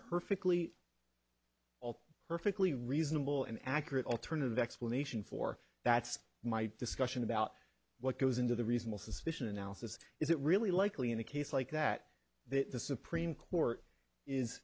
perfectly all perfectly reasonable and accurate alternative explanation for that's my discussion about what goes into the reasonable suspicion analysis is it really likely in a case like that that the supreme court is